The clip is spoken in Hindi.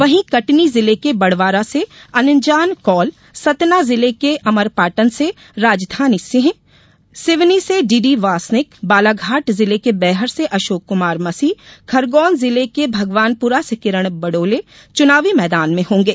वहीं कटनी जिले के बडवारा से अनजान कौल सतना जिले के अमरपाटन से राजधनी सिंह सिवनी से डीडीवासनिक बालाघाट जिले के बैहर से अशोक कुमार मसीह खरगौन जिले के भगवानपुरा से किरण बडोले चुनावी मैदान में होंगे